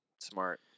Smart